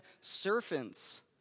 servants